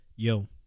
Yo